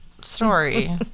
story